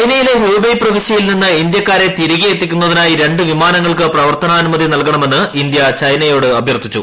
ചൈനയിലെ ഹ്യൂബയ് പ്രവിശ്യയിൽ നിന്ന് ഇന്ത്യക്കാരെ തിരികെയെത്തിക്കുന്നതിനായി രണ്ട് വിമാനങ്ങൾക്ക് പ്രവർത്തനാനുമതി നൽകണമെന്ന് ഇന്ത്യ ചൈനയോട് അഭ്യർത്ഥിച്ചു